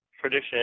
Tradition